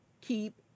keep